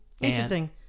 Interesting